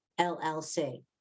LLC